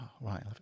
right